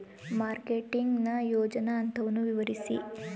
Marketing ನ ಯೋಜನಾ ಹಂತವನ್ನು ವಿವರಿಸಿ?